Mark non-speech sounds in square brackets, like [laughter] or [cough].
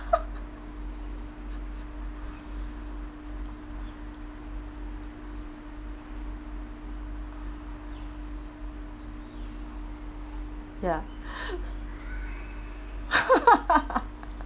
[laughs] ya [laughs]